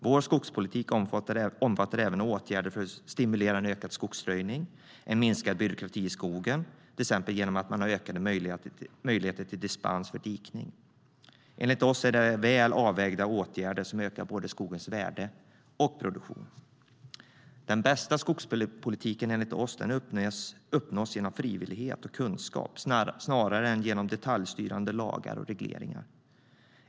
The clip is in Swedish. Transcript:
Vår skogspolitik omfattar även åtgärder för att stimulera en ökad skogsröjning och minskad byråkrati i skogen, till exempel ökad möjlighet till dispens för dikning. Enligt oss är detta väl avvägda åtgärder som ökar skogens både värde och produktion. Den bästa skogspolitiken uppnås, enligt oss, genom frivillighet och kunskap snarare än genom detaljstyrande lagar och regleringar.